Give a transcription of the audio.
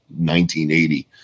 1980